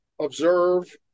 observe